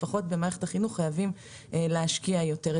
לפחות במערכת החינוך חיים להשקיע יותר.